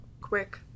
quick